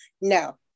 no